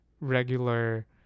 regular